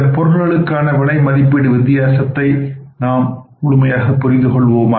இந்தப் பொருளுக்கான விலை மதிப்பீட்டு வித்தியாசத்தை நாம் புரிந்து கொள்வோமாக